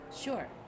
Sure